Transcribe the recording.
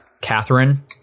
Catherine